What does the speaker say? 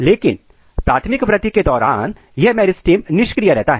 लेकिन प्राथमिक वृद्धि के दौरान यह मेरिस्टम निष्क्रिय रहता है